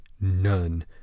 none